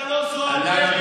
אבל לא זו הדרך.